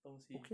东西